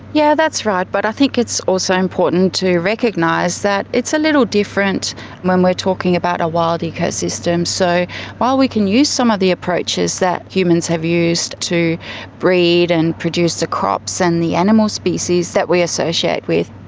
yeah that's right, but i think it's also important to recognise that it's a little different when we are talking about a wild ecosystem. so while we can use some of the approaches that humans have used to breed and produce the crops and the animal species that we associate with,